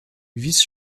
vice